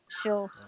Sure